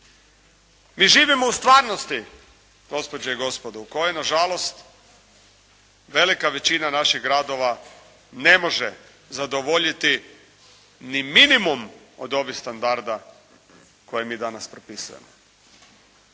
Mi živimo u stvarnosti gospođe i gospodo u kojoj na žalost velika većina naših gradova ne može zadovoljiti ni minimum od ovih standarda koje mi danas propisujemo.